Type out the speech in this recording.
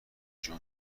جون